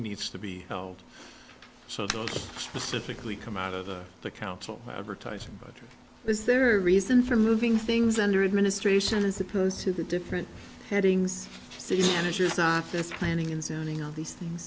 needs to be held so those specifically come out of the council advertising budget is there a reason for moving things under administration as opposed to the different headings city managers planning and zoning all these things